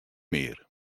mear